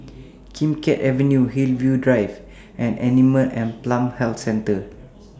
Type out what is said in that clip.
Kim Keat Avenue Hillview Drive and Animal and Plant Health Centre